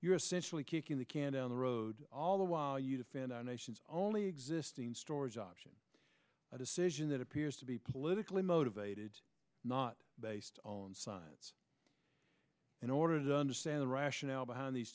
you're essentially kicking the can down the road all the while you defend our nation's only existing storage options a decision that appears to be politically motivated not based on science in order to understand the rationale behind these